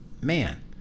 Man